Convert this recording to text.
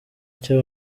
icyo